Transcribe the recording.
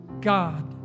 God